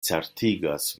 certigas